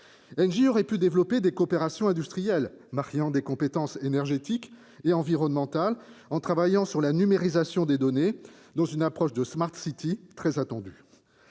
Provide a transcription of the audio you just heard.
Engie aurait pu développer des coopérations industrielles mariant des compétences énergétiques et environnementales en travaillant sur la numérisation des données dans une approche de très attendue.